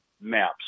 maps